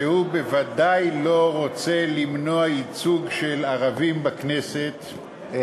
שבוודאי לא רוצה למנוע ייצוג של ערבים בכנסת,